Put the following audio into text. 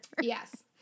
yes